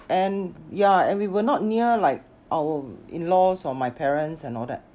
and yeah and we were not near like our in-laws or my parents and all that